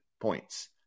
points